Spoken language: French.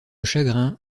chagrin